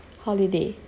holiday